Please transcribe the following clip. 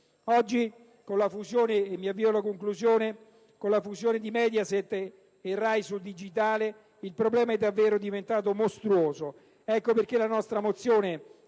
Oggi, con la fusione fra Mediaset e RAI sul digitale, il problema è diventato davvero mostruoso. Ecco perché la nostra mozione